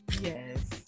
yes